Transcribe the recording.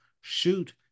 shoot